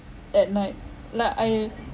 at night like I